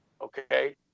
okay